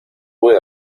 pude